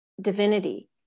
divinity